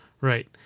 Right